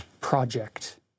project